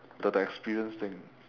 the the experience thing